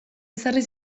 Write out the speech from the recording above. ezarri